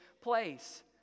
place